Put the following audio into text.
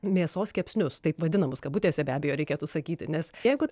mėsos kepsnius taip vadinamus kabutėse be abejo reikėtų sakyti nes jeigu